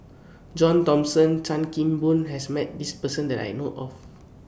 John Thomson and Chan Kim Boon has Met This Person that I know of